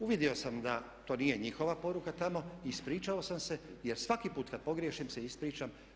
Uvidio sam da to nije njihova poruka tamo, ispričao sam se, jer svaki put kada pogriješim se ispričam.